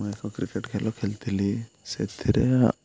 ମୁଁ ଏକ କ୍ରିକେଟ୍ ଖେଲ ଖେଲିଥିଲି ସେଥିରେ